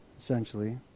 essentially